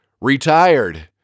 Retired